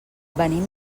venim